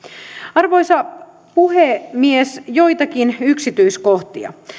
arvoisa puhemies joitakin yksityiskohtia